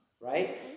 right